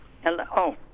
Hello